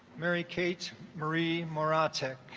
mary kate murray muriatic